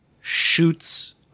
shoots